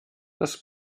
das